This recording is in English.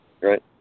Right